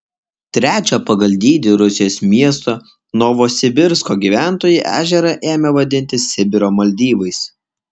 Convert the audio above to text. trečio pagal dydį rusijos miesto novosibirsko gyventojai ežerą ėmė vadinti sibiro maldyvais